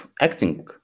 acting